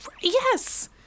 Yes